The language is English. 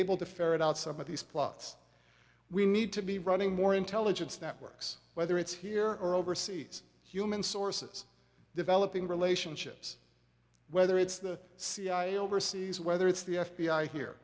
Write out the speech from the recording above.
able to ferret out some of these plots we need to be running more intelligence networks whether it's here or overseas human sources developing relationships whether it's the cia overseas whether it's the f b i here